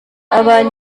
abantu